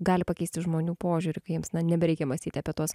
gali pakeisti žmonių požiūrį kai jiems na nebereikia mąstyti apie tuos